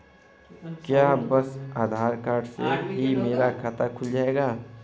क्या बस आधार कार्ड से ही मेरा खाता खुल जाएगा?